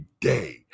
day